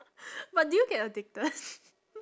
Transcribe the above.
but do you get addicted